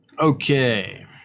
Okay